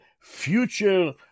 future